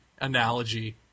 analogy